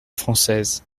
française